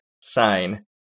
sign